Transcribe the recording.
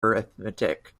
arithmetic